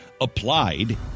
applied